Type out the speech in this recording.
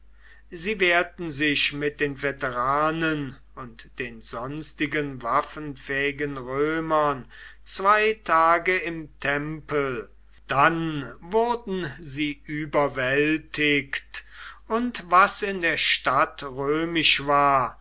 sie wehrten sich mit den veteranen und den sonstigen waffenfähigen römern zwei tage im tempel dann wurden sie überwältigt und was in der stadt römisch war